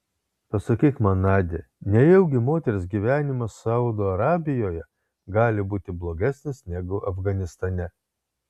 pasakyk man nadia nejaugi moters gyvenimas saudo arabijoje gali būti blogesnis negu afganistane